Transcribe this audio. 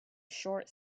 short